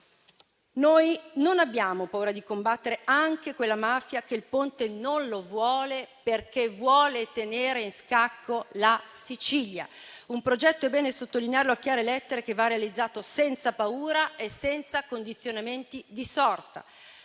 Noi non abbiamo paura di combattere anche quella mafia, che il Ponte non lo vuole, perché vuole tenere in scacco la Sicilia; è un progetto - è bene sottolinearlo a chiare lettere - che va realizzato senza paura e senza condizionamenti di sorta.